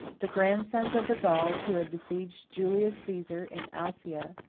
the grandsons of the gauls, who had besieged julius caesar in alcsia,